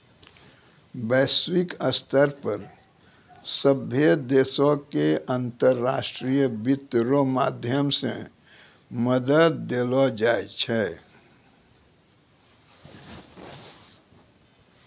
वैश्विक स्तर पर सभ्भे देशो के अन्तर्राष्ट्रीय वित्त रो माध्यम से मदद देलो जाय छै